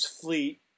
fleet